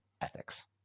ethics